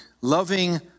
Loving